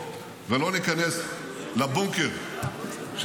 נכנסו לצרפת,